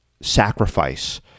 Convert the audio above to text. sacrifice